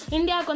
India